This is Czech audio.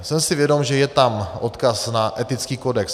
Jsem si vědom, že je tam odkaz na etický kodex.